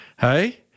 Hey